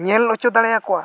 ᱧᱮᱞ ᱦᱚᱪᱚ ᱫᱟᱲᱮᱭ ᱟᱠᱚᱣᱟ